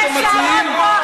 תלכו הביתה, חלאס.